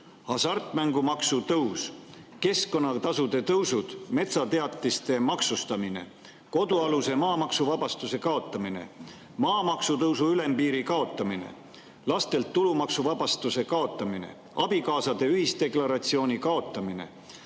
hasartmängumaksu tõus, keskkonnatasude tõusud, metsateatiste maksustamine, kodualuse maa maksuvabastuse kaotamine, maamaksu tõusu ülempiiri kaotamine, lastelt tulumaksuvabastuse kaotamine, abikaasade ühisdeklaratsiooni kaotamine,